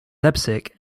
leipzig